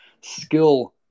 skill